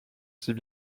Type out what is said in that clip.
sais